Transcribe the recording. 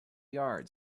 yards